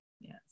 yes